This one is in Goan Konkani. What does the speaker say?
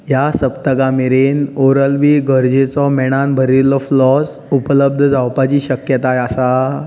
ह्या सप्तका मेरेन ओरल बी गरजेचो मेणान भरिल्लो फ्लॉस उपलब्ध जावपाची शक्यताय आसा